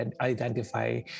identify